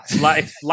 Life